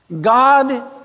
God